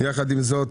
ויחד עם זאת